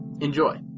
Enjoy